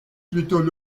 plutôt